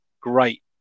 great